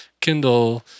Kindle